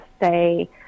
say